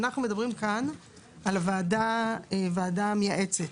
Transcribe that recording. אנחנו מדברים כאן על ועדה מייעצת.